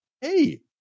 hey